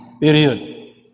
period